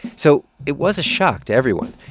so it was a shock to everyone.